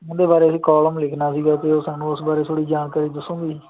ਉਹਦੇ ਬਾਰੇ ਅਸੀਂ ਕੋਲਮ ਲਿੱਖਣਾ ਸੀਗਾ ਅਤੇ ਉਹ ਸਾਨੂੰ ਉਸ ਬਾਰੇ ਥੋੜ੍ਹੀ ਜਾਣਕਾਰੀ ਦੱਸੋਗੇ ਜੀ